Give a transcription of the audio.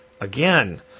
again